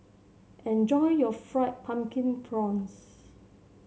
enjoy your Fried Pumpkin Prawns